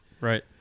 Right